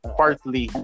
partly